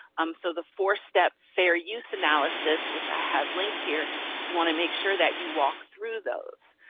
um so the four step fair use analysis which i have linked here you want to make sure that you walk through those.